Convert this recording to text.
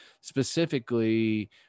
specifically